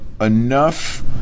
enough